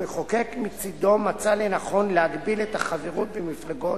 המחוקק מצדו מצא לנכון להגביל את החברות במפלגות,